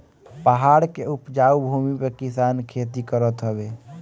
पहाड़ के उपजाऊ भूमि पे किसान खेती करत हवे